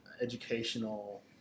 educational